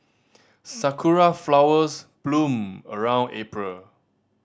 sakura flowers bloom around April